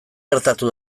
gertatu